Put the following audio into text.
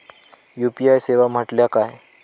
UPI सेवा म्हटल्या काय?